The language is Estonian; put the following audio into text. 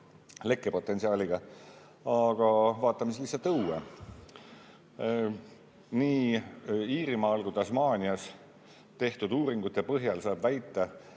lekkepotentsiaaliga, aga vaatame siis lihtsalt õue. Nii Iirimaal kui ka Tasmaanias tehtud uuringute põhjal saab väita,